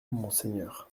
monseigneur